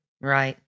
Right